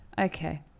Okay